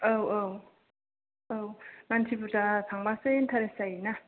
औ औ औ मानसि बुरजा थांबासो इन्टारेस्ट जायोना